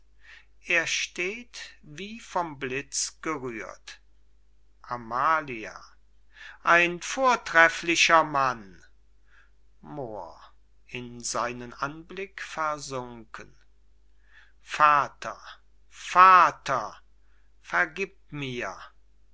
er steht wie vom blitz gerührt amalia ein vortreflicher mann moor in seinem anblick versunken vater vater vergib mir